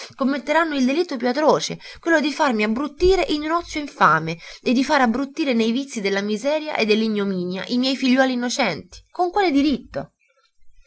commetteranno il delitto più atroce quello di farmi abbrutire in un ozio infame e di fare abbrutire nei vizii della miseria e nell'ignominia i miei figliuoli innocenti con quale diritto